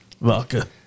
vodka